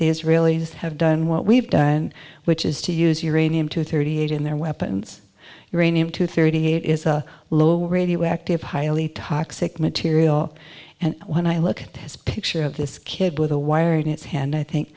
the israelis have done what we've done which is to use hearing him to thirty eight in their weapons uranium to thirty eight is a low radioactive highly toxic material and when i look at his picture of this kid with a wired in its hand i think